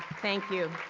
thank you.